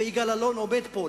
ויגאל אלון עומד פה,